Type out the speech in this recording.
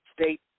state